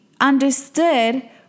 understood